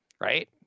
right